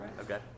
Okay